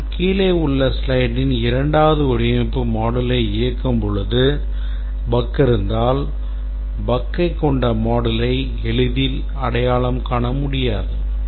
ஆனால் கீழேயுள்ள ஸ்லைட்டின் 2வது வடிவமைப்பு moduleயை இயக்கும் போது bug இருந்தால் bug கொண்ட moduleயை எளிதில் அடையாளம் காண முடியாது